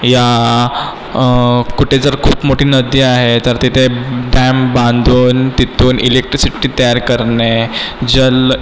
या कुठे जर खूप मोठी नदी आहे तर तिथे डॅम बांधून तिथून इलेक्ट्रिसिटी तयार करणे जल